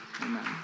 Amen